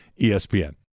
ESPN